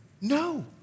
No